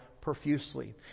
profusely